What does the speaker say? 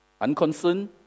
unconcerned